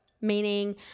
meaning